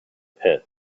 pit